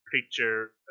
picture